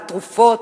תרופות,